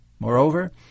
Moreover